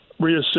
reassess